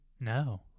No